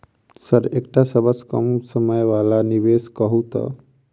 Sir एकटा सबसँ कम समय वला निवेश कहु तऽ?